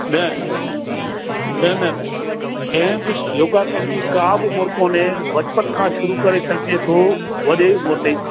न न कंहिं बि योगा करण जी का बि उमिरि कोन्हे बचपन खां शुरू करे सघिजे थो वॾे उमिरि ताईं